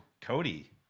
Cody